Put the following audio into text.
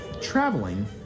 traveling